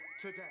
today